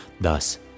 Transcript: Thus